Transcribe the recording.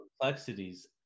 complexities